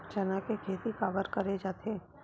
चना के खेती काबर करे जाथे?